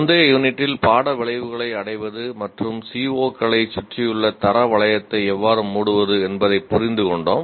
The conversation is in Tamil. முந்தைய யூனிட்டில் பாட விளைவுகளை அடைவது மற்றும் CO களைச் சுற்றியுள்ள தர வளையத்தை எவ்வாறு மூடுவது என்பதைப் புரிந்துகொண்டோம்